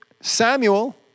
Samuel